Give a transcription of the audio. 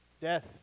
Death